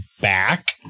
back